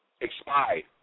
expired